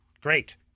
Great